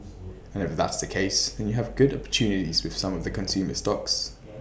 and if that's the case then you have good opportunities with some of the consumer stocks